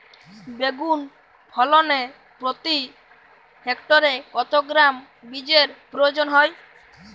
বেগুন ফলনে প্রতি হেক্টরে কত গ্রাম বীজের প্রয়োজন হয়?